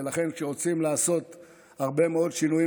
ולכן כשרוצים לעשות הרבה מאוד שינויים